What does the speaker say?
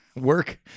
work